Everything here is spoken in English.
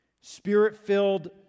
Spirit-filled